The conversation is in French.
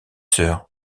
sœur